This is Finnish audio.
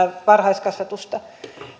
varhaiskasvatusta